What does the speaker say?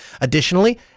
Additionally